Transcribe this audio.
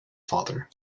father